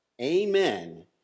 Amen